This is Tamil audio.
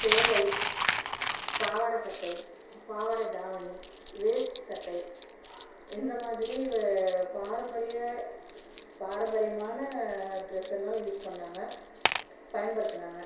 சேலை பாவாடை சட்டை பாவாடை தாவணி வேஸ்டி சட்டை இந்த மாதிரி பாரம்பரிய பாரம்பரியமான ட்ரெஸ் எல்லாம் யூஸ் பண்ணாங்கள் பயன்படுத்துனாங்கள்